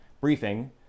briefing